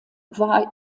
war